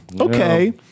okay